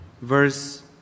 verse